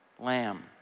lamb